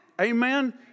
Amen